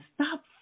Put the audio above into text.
stop